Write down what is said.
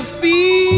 feel